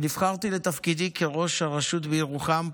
כשנבחרתי לתפקידי כראש הרשות בירוחם,